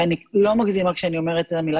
ואני לא מגזימה כשאני אומרת את המילה